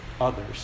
others